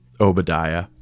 Obadiah